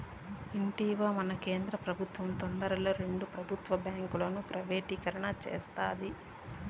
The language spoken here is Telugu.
ఇంటివా, మన కేంద్ర పెబుత్వం తొందరలో రెండు పెబుత్వ బాంకీలను ప్రైవేటీకరణ సేస్తాండాది